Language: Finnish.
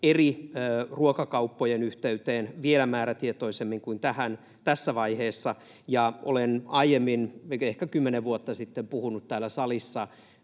eri ruokakauppojen yhteyteen vielä määrätietoisemmin kuin tässä vaiheessa. Olen aiemmin, ehkä kymmenen vuotta sitten, puhunut täällä salissa